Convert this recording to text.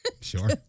Sure